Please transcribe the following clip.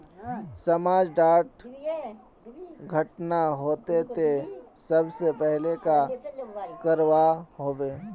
समाज डात घटना होते ते सबसे पहले का करवा होबे?